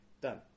Done